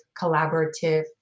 collaborative